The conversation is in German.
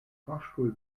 fahrstuhl